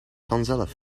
vanzelf